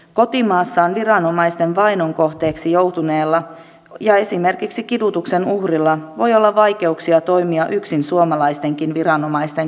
kotimaassaan viranomaisten vainon kohteeksi joutuneella ja esimerkiksi kidutuksen uhrilla voi olla vaikeuksia toimia yksin suomalaistenkin viranomaisten kanssa